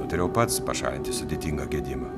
nutariau pats pašalinti sudėtingą gedimą